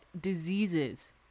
diseases